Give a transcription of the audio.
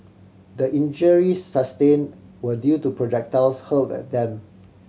the injuries sustained were due to projectiles hurled at them